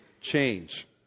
change